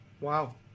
Wow